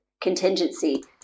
contingency